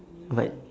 but